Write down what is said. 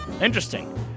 Interesting